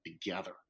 together